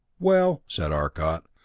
well, said arcot,